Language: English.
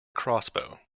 crossbow